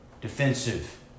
defensive